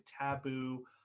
taboo